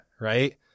right